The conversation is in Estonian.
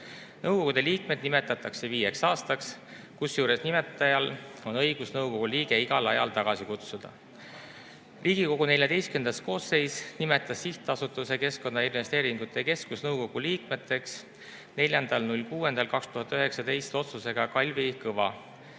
Nõukogu liikmed nimetatakse viieks aastaks, kusjuures nimetajal on õigus nõukogu liige igal ajal tagasi kutsuda. Riigikogu XIV koosseis nimetas Sihtasutuse Keskkonnainvesteeringute Keskus nõukogu liikmeteks 04.06.2019 otsusega Kalvi Kõva